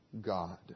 God